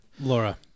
Laura